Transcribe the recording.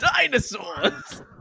dinosaurs